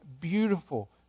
beautiful